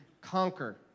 conquer